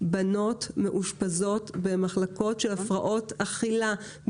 בנות מאושפזות במחלקות של הפרעות אכילה,